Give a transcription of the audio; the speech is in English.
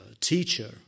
teacher